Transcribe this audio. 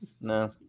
no